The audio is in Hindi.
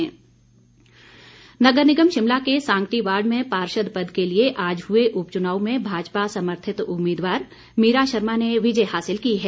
मतदान नगर निगम शिमला के सांगटी वार्ड में पार्षद पद के लिए आज हुए उपचुनाव में भाजपा समर्थित उम्मीदवार मीरा शर्मा ने विजय हासिल की है